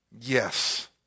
Yes